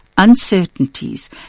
uncertainties